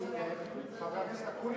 חבר הכנסת אקוניס,